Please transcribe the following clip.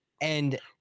And-